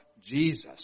Jesus